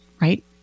right